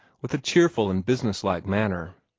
with a cheerful and business-like manner.